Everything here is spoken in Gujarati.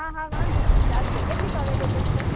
હા હા વાંધો નઇ ચાલશે કેટલીક અવેલેબલ છે